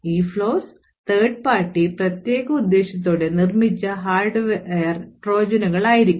ഈ flaws third party പ്രത്യേക ഉദ്ദേശ്യത്തോടെ നിർമ്മിച്ച ഹാർഡ്വെയർ ട്രോജനുകളായിരിക്കാം